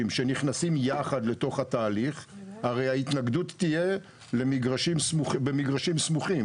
שנכנסים ביחד לתוך התהליך הרי ההתנגדות תהיה במגרשים סמוכים.